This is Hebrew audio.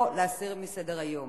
או להסיר מסדר-היום.